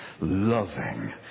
loving